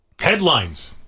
headlines